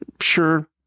sure